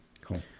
Cool